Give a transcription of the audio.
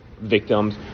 victims